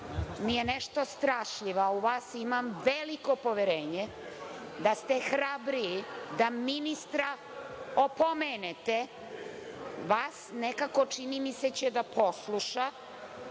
mi je nešto strašljiv, a u vas imam veliko poverenje, da ste hrabriji da ministra opomenete, vas nekako, čini mi se će da posluša,